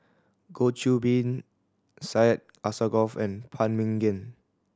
Goh Qiu Bin Syed Alsagoff and Phan Ming Yen